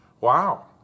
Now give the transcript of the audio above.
Wow